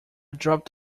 dropped